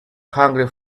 hungry